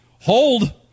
Hold